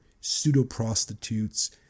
pseudo-prostitutes